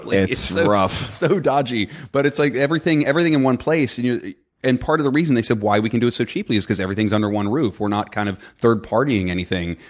it's rough. it's so dodgy. but it's like everything everything in one place. and you know and part of the reason they said why we can do it so cheaply is because everything is under one roof. we're not kind of third partying anything.